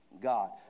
God